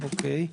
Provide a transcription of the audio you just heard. אוקיי.